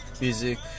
music